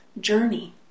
journey